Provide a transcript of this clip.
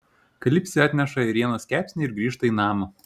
kalipsė atneša ėrienos kepsnį ir grįžta į namą